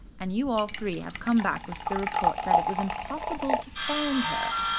and you all three have come back with the report that it was impossible to find her.